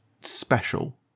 special